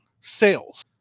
sales